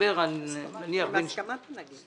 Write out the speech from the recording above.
נדבר על -- הסכמה של נגיד.